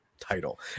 title